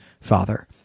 father